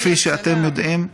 כפי שאתם יודעים,